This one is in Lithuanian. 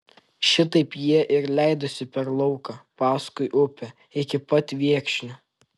šitaip jie ir leidosi per lauką paskui upe iki pat viekšnių